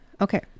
Okay